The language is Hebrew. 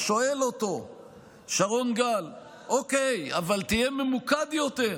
שואל אותו שרון גל: אוקיי, אבל תהיה ממוקד יותר.